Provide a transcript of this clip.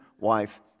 wife